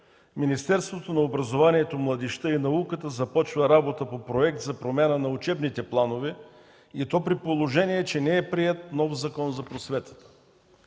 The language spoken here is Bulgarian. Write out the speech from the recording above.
Министерството на образованието, младежта и науката започва работа по Проект за промяна на учебните планове, и то при положение че не е приет нов Закон за просветата.